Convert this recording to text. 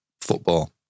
football